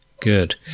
Good